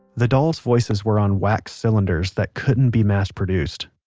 the doll's voices were on wax cylinders that couldn't be mass-produced,